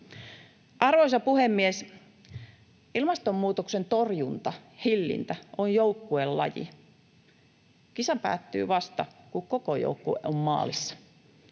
Arvoisa puhemies! Ilmastonmuutoksen torjunta ja hillintä on joukkuelaji. Kisa päättyy vasta, kun koko joukkue on maalissa.